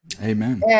Amen